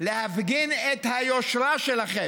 להפגין את היושרה שלכם.